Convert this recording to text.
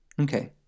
Okay